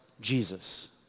Jesus